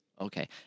Okay